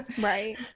Right